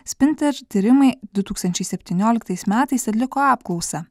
spinter tyrimai du tūkstančiai septynioliktais metais atliko apklausą